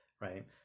right